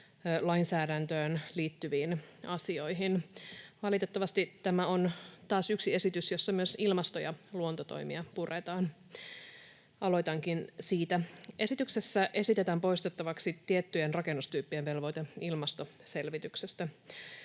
lainsäädäntöön liittyviin asioihin. Valitettavasti tämä on taas yksi esitys, jossa myös ilmasto- ja luontotoimia puretaan. Aloitankin siitä. Esityksessä esitetään poistettavaksi tiettyjen rakennustyyppien velvoite ilmastoselvityksestä.